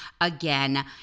again